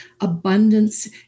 Abundance